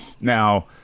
Now